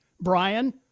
Brian